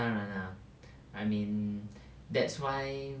当然 lah I mean that's why